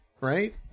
right